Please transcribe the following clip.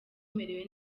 merewe